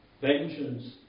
vengeance